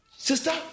Sister